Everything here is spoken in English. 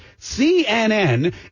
CNN